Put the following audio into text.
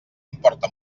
importa